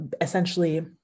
essentially